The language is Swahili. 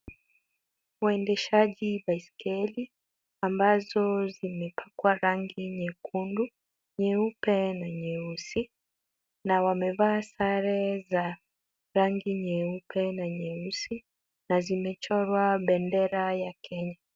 Waendeshaji baiskeli ambazo zimepakwa rangi nyekundu, nyeupe na nyeusi na wamevaa sare za rangi nyeupe na nyeusi na zimechorwa bendera ya Kenya.